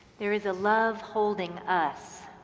there is a love holding us.